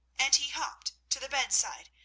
and he hopped to the bedside,